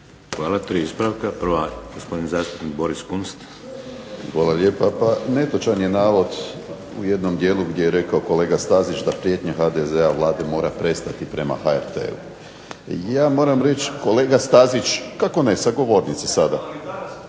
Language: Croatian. Hvala. 3 ispravka. Prvi, gospodin zastupnik Boris Kunst. **Kunst, Boris (HDZ)** Hvala lijepa. Pa netočan je navod u jednom dijelu gdje je rekao kolega Stazić da prijetnje HDZ-a Vlade mora prestati prema HRT-u. Ja moram reći kolega Stazić … /Upadica se